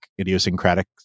idiosyncratic